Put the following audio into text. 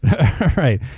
Right